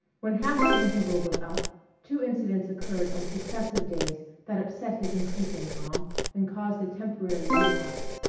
when half the interval was up two incidents occurred on successive days that upset his increasing calm and caused a temporary relapse.